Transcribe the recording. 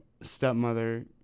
stepmother